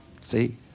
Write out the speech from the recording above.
see